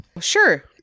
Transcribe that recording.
Sure